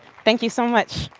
thank you so much.